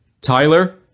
Tyler